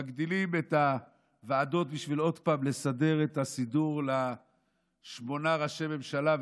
מגדילים את הוועדות בשביל עוד פעם לסדר את הסידור לשמונה ראשי ממשלה,